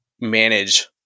manage